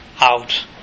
out